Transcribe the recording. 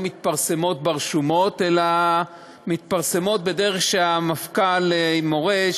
מתפרסמות ברשומות אלא מתפרסמות בדרך שהמפכ"ל מורה,